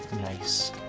Nice